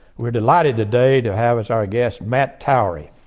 we're delighted today to have as our guest matt towery,